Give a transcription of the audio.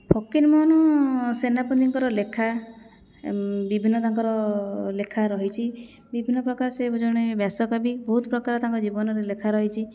ଫକୀରମୋହନ ସେନାପତିଙ୍କର ଲେଖା ବିଭିନ୍ନ ତାଙ୍କର ଲେଖା ରହିଛି ବିଭିନ୍ନପ୍ରକାର ସେ ଜଣେ ବ୍ୟାସକବି ବହୁତପ୍ରକାର ତାଙ୍କ ଜୀବନରେ ଲେଖା ରହିଛି